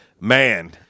Man